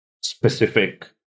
specific